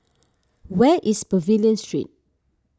where is Pavilion Street